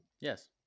Yes